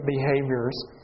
behaviors